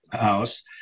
house